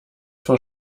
vor